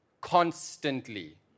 constantly